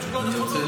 זה פשוט לא נכון,